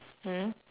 mm